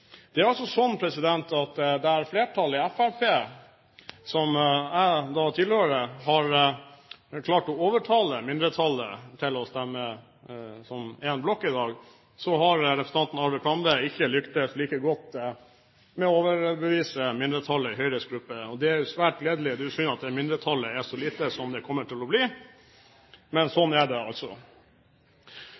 Det er altså sånn at der flertallet i Fremskrittspartiet, som jeg tilhører, har klart å overtale mindretallet til å stemme som én blokk i dag, har representanten Arve Kambe ikke lyktes like godt med å overbevise mindretallet i Høyres gruppe. Det er svært gledelig. Det er jo synd at mindretallet er så lite som det kommer til å bli, men sånn er det altså.